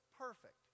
perfect